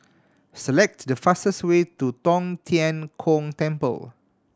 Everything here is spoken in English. select the fastest way to Tong Tien Kung Temple